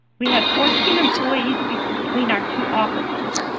we have fourteen employees between our two offices.